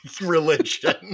religion